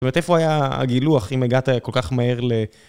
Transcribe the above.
ואיפה היה הגילוח, אם הגעת כל כך מהר ל...